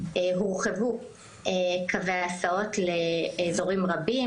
הורחבו קווי ההסעות לאזורים רבים.